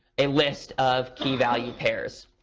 a list of key value pairs.